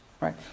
Right